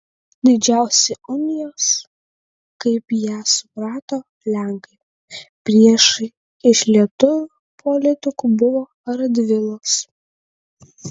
didžiausi unijos kaip ją suprato lenkai priešai iš lietuvių politikų buvo radvilos